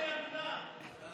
כי